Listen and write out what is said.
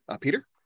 peter